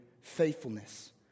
faithfulness